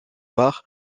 part